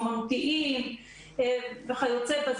אומנותיים וכיו"ב,